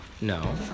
No